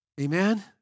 Amen